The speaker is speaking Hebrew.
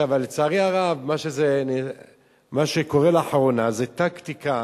לצערי הרב, מה שקורה לאחרונה זו טקטיקה